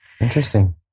Interesting